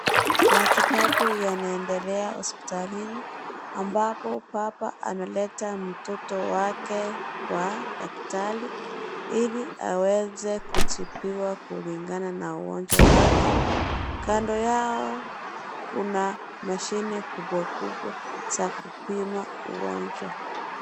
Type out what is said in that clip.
Matibabu yanaendelea hospitalini ambapo baba analeta mtoto wame kwa daktari ili aweze kutibiwa kulingana na ugonjwa wake kando yao kuna mashine kubwa kubwa za kupima ugonjwa.